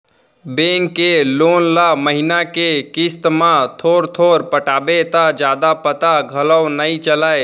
bank के loan ल महिना के किस्त म थोर थोर पटाबे त जादा पता घलौ नइ चलय